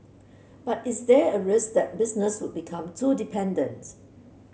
but is there a risk that business would become too dependent